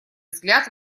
взгляд